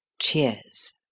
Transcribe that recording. cheers